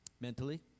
Mentally